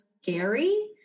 scary